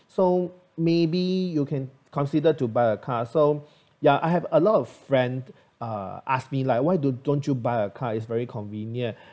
so maybe you can consider to buy a car so ya I have a lot of friend uh ask me like why don't you buy a car is very convenient